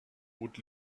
would